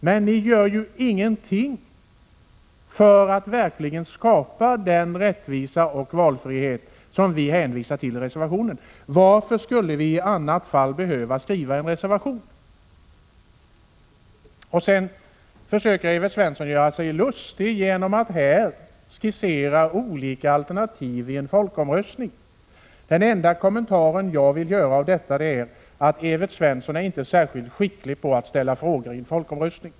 Men ni gör ju ingenting för att verkligen skapa den rättvisa och den valfrihet som vi hänvisar till i reservationen. Varför skulle vi annars behöva skriva en reservation? Sedan försöker Evert Svensson göra sig lustig genom att skissera olika alternativ i en folkomröstning. Den enda kommentaren jag vill göra till detta är att Evert Svensson inte är särskilt skicklig på att ställa frågor i en folkomröstning.